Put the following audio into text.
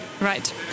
Right